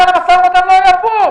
אבל המשא ומתן לא היה פה.